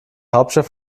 hauptstadt